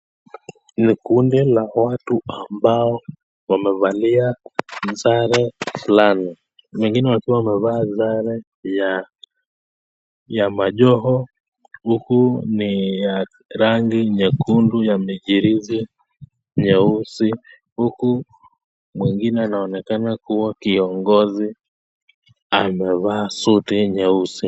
Ni kundi la watu ambao wamevalia sare fulani, wengine wakiwa wamevalia Sare ya majoho, huku niya rangi nyekundu yenye michirizi meusi, huku mwengine anaonekana kua kiongozi amevaa suti nyeusi